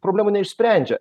problemų neišsprendžia